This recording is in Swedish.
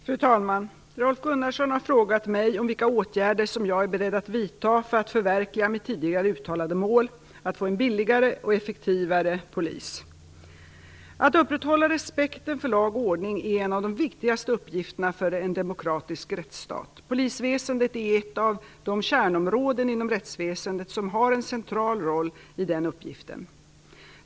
Fru talman! Rolf Gunnarsson har frågat mig vilka åtgärder som jag är beredd att vidta för att förverkliga mitt tidigare uttalade mål att få en billigare och effektivare polis. Att upprätthålla respekten för lag och ordning är en av de viktigaste uppgifterna för en demokratisk rättsstat. Polisväsendet är ett av de kärnområden inom rättsväsendet som har en central roll i denna uppgift.